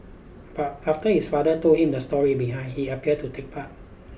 but after his father told him the story behind he appeared to take part